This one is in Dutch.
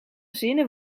zinnen